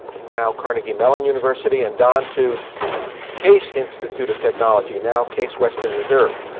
now carnegie mellon university, and don to case institute of technology, now case western reserve.